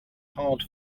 hard